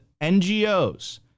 NGOs